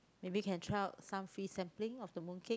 maybe can try out some free sampling of the mooncake